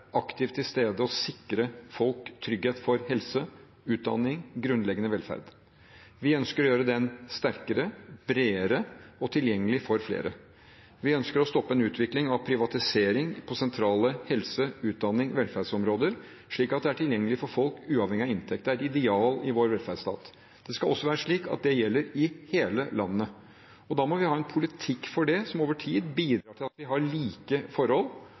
aktivt til stede og sikre folk trygghet for helse, utdanning og grunnleggende velferd. Vi ønsker å gjøre den sterkere, bredere og tilgjengelig for flere. Vi ønsker å stoppe en utvikling av privatisering på sentrale helse-, utdannings- og velferdsområder, slik at dette er tilgjengelig for folk uavhengig av inntekt. Det er et ideal i vår velferdsstat. Det skal også være slik at det gjelder i hele landet. Da må vi ha en politikk for det som over tid bidrar til at vi har like forhold,